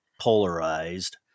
polarized